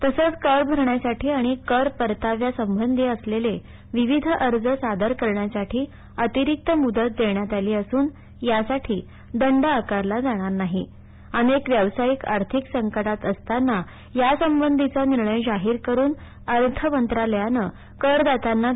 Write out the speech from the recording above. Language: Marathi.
तसेच कर भरण्यासाठी आणि करपरताव्यासंबंधी असलेले विविध अज सादर करण्यासाठी अतिरिक्त मुदत देण्यात आली असून यासाठी दंड आकाराला अनेक व्यावसायिक आर्थिक संकटात असताना या संबंधीचा निर्णय जाहीर करून अर्थ मंत्रालयानं करदात्यांना जाणार नाही